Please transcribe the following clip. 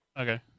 Okay